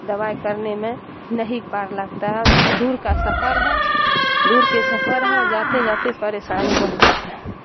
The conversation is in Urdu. دوائی کرنے میں نہیں پار لگتا ہے دور کا سفر ہے دور کے سفر ہے جاتے جاتے پریشانی بڑھ جاتا ہے